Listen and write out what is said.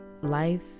Life